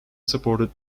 supported